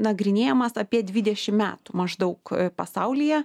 nagrinėjamas apie dvidešim metų maždaug pasaulyje